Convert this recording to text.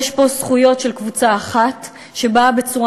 יש פה זכויות של קבוצה אחת שבאות בצורה